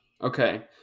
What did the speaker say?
Okay